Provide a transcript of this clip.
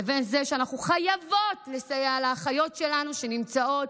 ובין שזה שאנחנו חייבות לסייע לאחיות שלנו שנמצאות